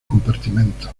compartimentos